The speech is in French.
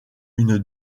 une